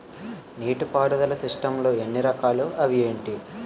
నీటిపారుదల సిస్టమ్ లు ఎన్ని రకాలు? అవి ఏంటి?